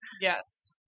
Yes